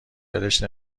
ولش